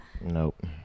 Nope